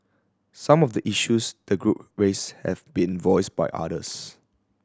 some of the issues the group raised have been voiced by others